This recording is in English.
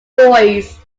boys